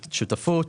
שותפות,